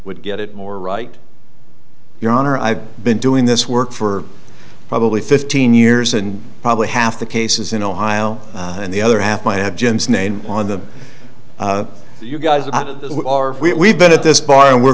would get it more right your honor i've been doing this work for probably fifteen years and probably half the cases in ohio and the other half might have gyms name on them you guys about it what are we even at this bar and we're